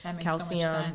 calcium